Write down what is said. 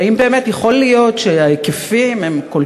והאם באמת יכול להיות שההיקפים הם כל